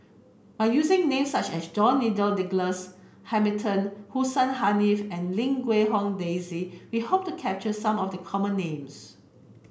by using names such as George Nigel Douglas Hamilton Hussein Haniff and Lim Quee Hong Daisy we hope to capture some of the common names